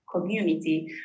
community